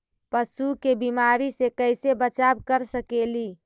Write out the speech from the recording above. पशु के बीमारी से कैसे बचाब कर सेकेली?